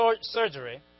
surgery